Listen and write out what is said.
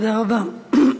תודה רבה.